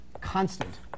constant